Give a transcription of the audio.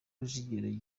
rujugira